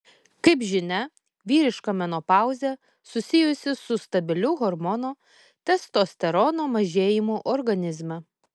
kaip žinia vyriška menopauzę susijusi su stabiliu hormono testosterono mažėjimu organizme